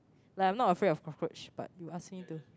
like I'm not afraid of cockroach but you ask me to